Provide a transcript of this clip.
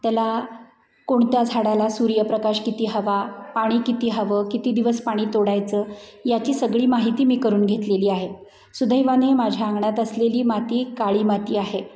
त्याला कोणत्या झाडाला सूर्यप्रकाश किती हवा पाणी किती हवं किती दिवस पाणी तोडायचं याची सगळी माहिती मी करून घेतलेली आहे सुदैवाने माझ्या अंगणात असलेली माती काळी माती आहे